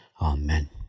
Amen